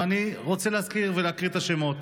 אבל אני רוצה להזכיר ולהקריא את השמות.